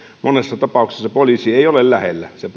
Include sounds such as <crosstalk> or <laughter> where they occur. monessa tapauksessa poliisi ei ole lähellä se <unintelligible>